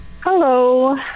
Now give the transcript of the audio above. hello